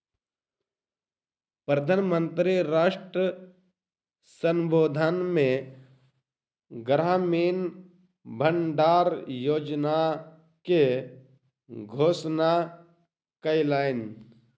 प्रधान मंत्री राष्ट्र संबोधन मे ग्रामीण भण्डार योजना के घोषणा कयलैन